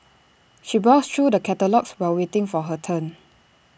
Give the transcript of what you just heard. she browsed through the catalogues while waiting for her turn